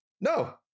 no